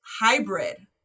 hybrid